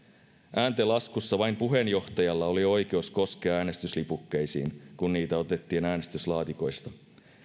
ääntenlaskussa vain puheenjohtajalla oli oikeus koskea äänestyslipukkeisiin kun niitä otettiin äänestyslaatikoista